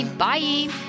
bye